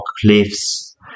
cliffs